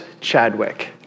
Chadwick